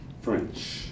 French